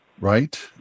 right